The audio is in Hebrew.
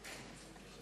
חברי חברי הכנסת,